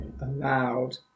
allowed